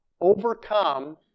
overcome